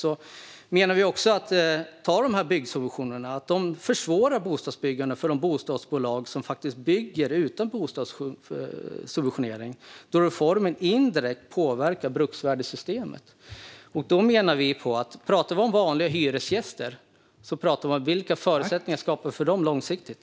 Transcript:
Vi menar att byggsubventionerna försvårar bostadsbyggande för de bostadsbolag som faktiskt bygger utan subventionering, då reformen indirekt påverkar bruksvärdessystemet. Vi talar om vilka förutsättningar vi skapar för vanliga hyresgäster långsiktigt.